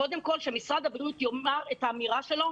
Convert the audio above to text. קודם כול שמשרד הבריאות יאמר את האמירה שלו,